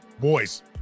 Boys